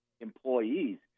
employees